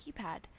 keypad